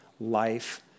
life